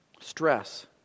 stress